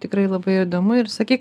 tikrai labai įdomu ir sakyk